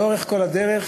לאורך כל הדרך,